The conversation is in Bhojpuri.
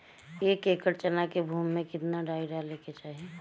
एक एकड़ चना के भूमि में कितना डाई डाले के चाही?